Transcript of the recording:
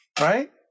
right